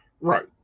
Right